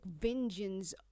vengeance